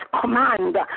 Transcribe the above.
command